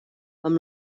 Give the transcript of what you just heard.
amb